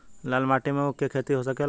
लाल माटी मे ऊँख के खेती हो सकेला?